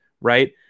right